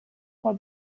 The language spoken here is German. vor